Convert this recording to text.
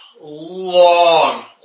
long